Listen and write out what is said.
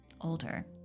older